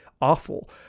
awful